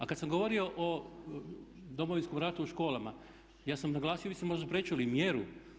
A kad sam govorio o Domovinskom ratu u školama, ja sam naglasio, vi ste možda prečuli mjeru.